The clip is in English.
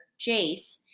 Jace